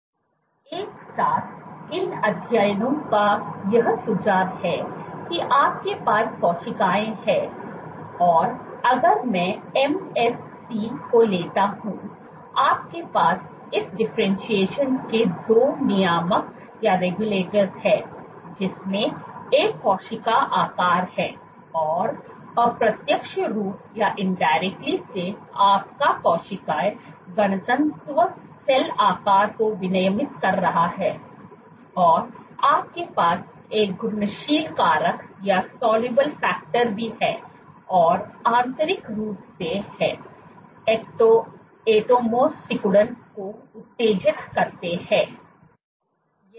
एक साथ इन अध्ययनों का यह सुझाव है की आपके पास कोशिकाएं हैं और अगर मैं MSC को लेता हूं आपके पास इस डिफरेंटशिएशन के 2 नियामक हैं जिसमें एक कोशिका आकार है और अप्रत्यक्ष रूप से आपका कोशिका घनत्व सेल आकार को विनियमित कर रहा है और आपके पास एक घुलनशील कारक भी है और आंतरिक रूप से है एक्टोमीओस सिकुड़न को उत्तेजित करते है